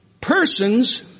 persons